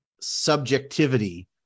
subjectivity